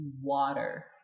water